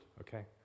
okay